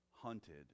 hunted